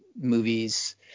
movies